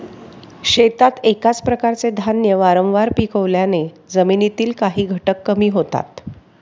शेतात एकाच प्रकारचे धान्य वारंवार पिकवल्याने जमिनीतील काही घटक कमी होतात